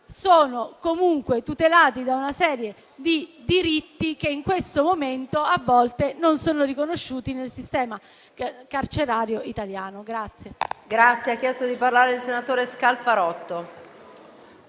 sono comunque tutelati da una serie di diritti che talvolta non sono riconosciuti nel sistema carcerario italiano.